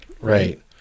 right